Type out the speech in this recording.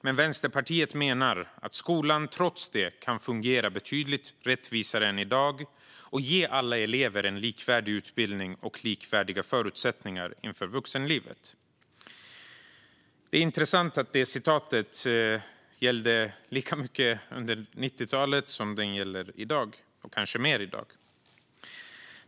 Men vänsterpartiet menar att skolan trots det kan fungera betydligt rättvisare än idag och ge alla elever en likvärdig utbildning och likvärdiga förutsättningar inför vuxenlivet." Det är intressant att det citatet gäller lika mycket i dag som det gällde under 90-talet - eller kanske till och med mer.